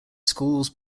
schools